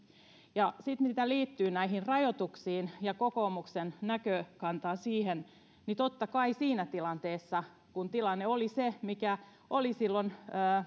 sitten mikä liittyy näihin rajoituksiin ja kokoomuksen näkökantaan siinä niin totta kai siinä tilanteessa kun tilanne oli se mikä oli silloin